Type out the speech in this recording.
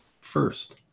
first